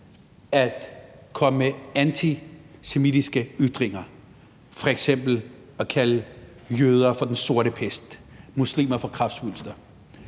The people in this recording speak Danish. at komme med antisemitiske ytringer og f.eks. at kalde jøder for Den Sorte Død, muslimer for kræftsvulster?